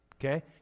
okay